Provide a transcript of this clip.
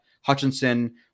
hutchinson